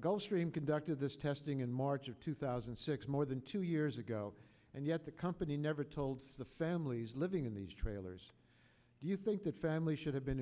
gulfstream conducted this testing in march of two thousand and six more than two years ago and yet the company never told the families living in these trailers do you think the family should have been